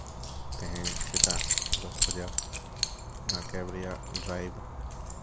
ᱛᱮᱹᱦᱮᱹᱧ ᱥᱮᱛᱟᱜ ᱫᱚᱥ ᱵᱟᱡᱟᱜ ᱚᱱᱟ ᱠᱮᱵᱽ ᱨᱮᱭᱟᱜ ᱰᱨᱟᱭᱤᱵᱷ